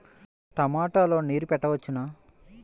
టమాట లో నీరు పెట్టవచ్చునా?